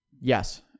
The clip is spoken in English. Yes